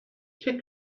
take